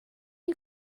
you